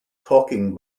talking